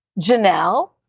Janelle